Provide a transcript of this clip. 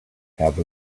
have